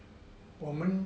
我们